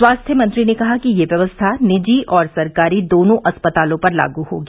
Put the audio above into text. स्वास्थ्य मंत्री ने कहा कि यह व्यवस्था निजी और सरकारी दोनों अस्पतालों पर लागू होगी